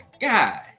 guy